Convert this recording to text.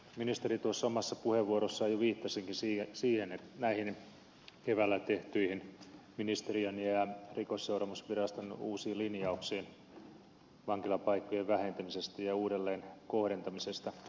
ministeri puheenvuorossaan jo viittasikin keväällä tehtyihin ministeriön ja rikosseuraamusviraston uusiin linjauksiin vankilapaikkojen vähentämisestä ja uudelleen kohdentamisesta